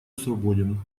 свободен